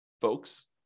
folks